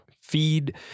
feed